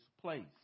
place